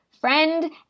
Friend